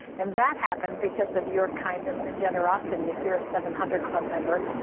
and that happens because of your kindness and generosity, if you're a seven hundred club member.